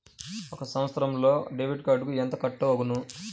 ఒక సంవత్సరంలో డెబిట్ కార్డుకు ఎంత కట్ అగును?